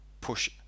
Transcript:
push